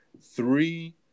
three